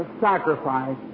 sacrifice